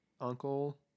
uncle